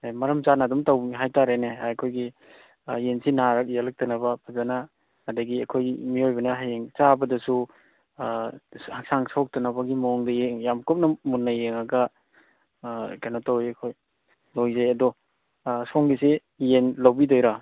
ꯃꯔꯝ ꯆꯥꯅ ꯑꯗꯨꯝ ꯇꯧꯕꯅꯤ ꯍꯥꯏꯇꯥꯔꯦꯅꯦ ꯑꯩꯈꯣꯏꯒꯤ ꯌꯦꯟꯁꯤ ꯅꯥꯔꯛ ꯌꯦꯛꯂꯛꯇꯅꯕ ꯐꯖꯅ ꯑꯗꯒꯤ ꯑꯩꯈꯣꯏ ꯃꯤꯑꯣꯏꯕꯅ ꯍꯌꯦꯡ ꯆꯥꯕꯗꯁꯨ ꯍꯛꯆꯥꯡ ꯁꯣꯛꯇꯅꯕꯒꯤ ꯃꯑꯣꯡꯗ ꯌꯥꯝ ꯀꯨꯞꯄ ꯃꯨꯟꯅ ꯌꯦꯡꯉꯒ ꯀꯩꯅꯣ ꯇꯧꯋꯤ ꯑꯩꯈꯣꯏ ꯂꯣꯏꯖꯩ ꯑꯗꯣ ꯁꯣꯝꯒꯤꯁꯦ ꯌꯦꯟ ꯂꯧꯕꯤꯗꯣꯏꯔꯥ